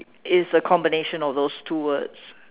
is a combination of those two words